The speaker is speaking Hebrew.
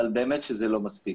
אבל באמת שזה לא מספיק.